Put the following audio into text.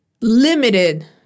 limited